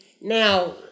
now